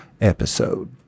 episode